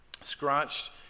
Scratched